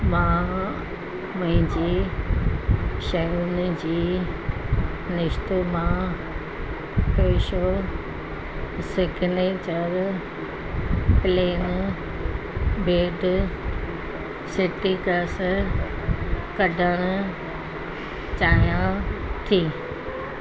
मां मुंहिंजी शयुनि जी लिस्ट मां Fresho signature plain bread citric acid कढणु चाहियां थी